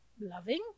loving